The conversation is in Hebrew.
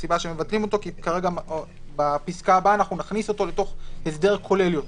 הסיבה שמבטלים אותו היא כי בפסקה הבאה נכניס אותו לתוך הסדר כולל יותר.